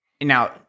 Now